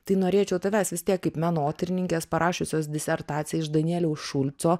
tai norėčiau tavęs vis tiek kaip menotyrininkės parašiusios disertaciją iš danieliaus šulco